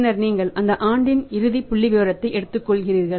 பின்னர் நீங்கள் அந்த ஆண்டின் இறுதி புள்ளிவிவரத்தை எடுத்துக்கொள்கிறீர்கள்